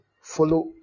follow